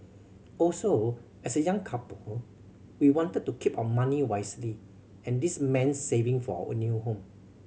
also as a young couple we wanted to keep our money wisely and this mean saving for our new home